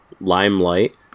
Limelight